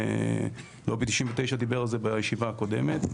לובי 99 דיבר על זה בישיבה הקודמת.